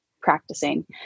practicing